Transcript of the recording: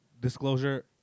Disclosure